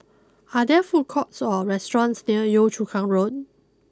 are there food courts or restaurants near Yio Chu Kang Road